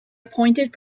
appointed